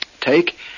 Take